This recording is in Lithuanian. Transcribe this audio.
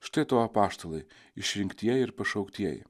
štai tau apaštalai išrinktieji ir pašauktieji